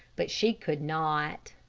but she could not.